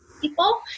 people